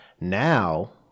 now